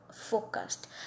focused